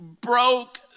broke